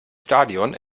stadion